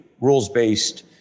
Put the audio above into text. rules-based